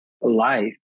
life